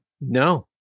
No